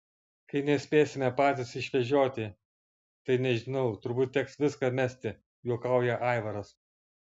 kai nespėsime patys išvežioti tai nežinau turbūt teks viską mesti juokauja aivaras